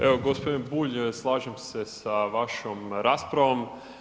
Evo gospodine Bulj, slažem se sa vašom raspravom.